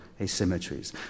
asymmetries